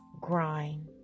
grind